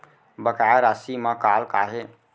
बकाया राशि मा कॉल का हे?